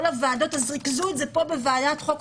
הוועדות אז ריכזו את זה פה בוועדת החוקה,